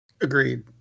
Agreed